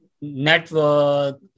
network